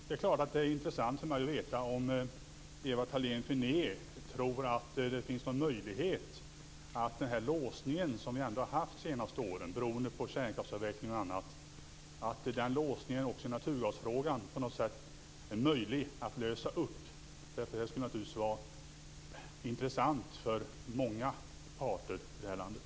Det är klart att det är intressant för mig att veta om Ewa Thalén Finné tror att den låsning vi har haft de senaste åren, beroende på kärnkraftsavveckling och annat, också i naturgasfrågan på något sätt är möjlig att lösa upp. Det skulle naturligtvis vara intressant för många parter i det här landet.